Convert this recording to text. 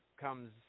comes